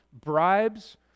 bribes